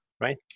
right